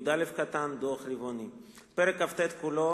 ו-171(יא) (דוח רבעוני); פרק כ"ט כולו